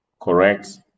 correct